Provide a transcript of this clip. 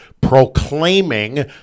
proclaiming